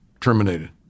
terminated